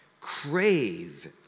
crave